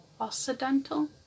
Occidental